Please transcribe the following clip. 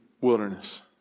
wilderness